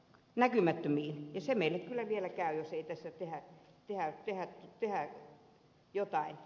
ja niin meille kyllä vielä käy jos ei tässä tehdä jotain